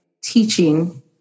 teaching